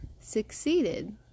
succeeded